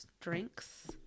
drinks